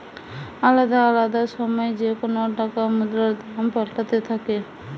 আলদা আলদা সময় যেকোন টাকার মুদ্রার দাম পাল্টাতে থাকে